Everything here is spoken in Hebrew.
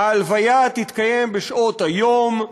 ההלוויה תתקיים בשעות היום,